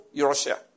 Russia